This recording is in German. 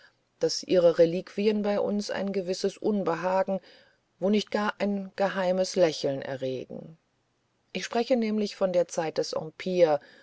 daß ihre reliquien bei uns ein gewisses unbehagen wo nicht gar ein geheimes lächeln erregen ich spreche nämlich von der zeit des